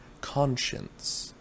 conscience